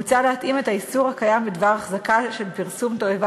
מוצע להתאים את האיסור הקיים בדבר החזקה של פרסום תועבה